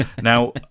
Now